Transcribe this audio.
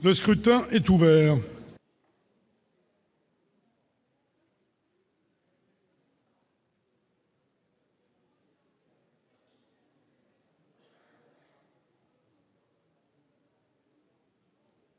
Le scrutin est ouvert.